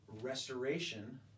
restoration